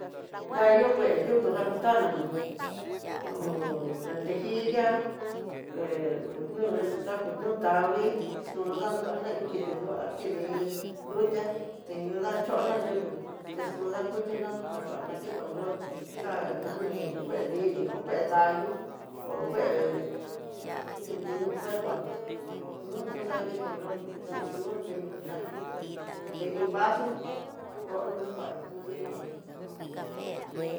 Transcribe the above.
Nayo kue yuku xakutana nó'o, ho lentejilla, he nu xakunu tangui xun ndaruana iin kidii duá kidi nruté, teñio daxhona yuku texu dakuxhina, nakua na kin ko yoo xa'a kuano kue dini o kue dallo ho kue ña duyu cuerpo no, nruku xani nguikondo xexi xun tenikanai te hí vaso kononá na kua na xuna ni mkuayu ujun.